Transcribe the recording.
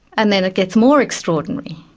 and then it gets more extraordinary.